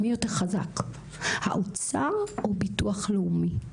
מי יותר חזק, האוצר או ביטוח לאומי.